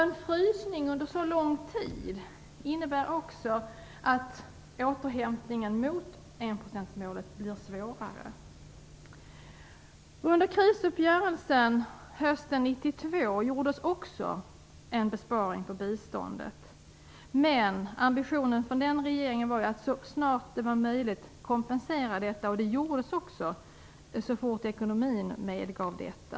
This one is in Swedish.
En frysning under så lång tid innebär också att återhämtningen mot enprocentsmålet blir svårare. Under krisuppgörelsen hösten 1992 gjordes också en besparing på biståndet. Men ambitionen från den dåvarande regeringen var att så snart det var möjligt kompensera det, och det gjordes också så fort ekonomin medgav detta.